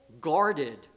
guarded